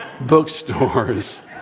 bookstores